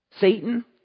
Satan